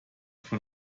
von